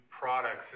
products